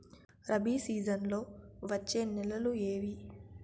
రబి సీజన్లలో వచ్చే నెలలు ఏవి?